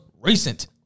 recent